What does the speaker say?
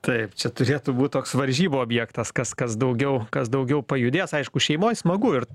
taip čia turėtų būt toks varžybų objektas kas kas daugiau kas daugiau pajudės aišku šeimoj smagu ir